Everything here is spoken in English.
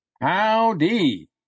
Howdy